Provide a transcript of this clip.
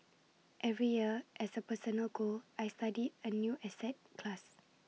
every year as A personal goal I study A new asset class